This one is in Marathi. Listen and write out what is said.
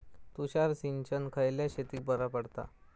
तुषार सिंचन खयल्या शेतीक बरा पडता?